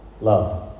love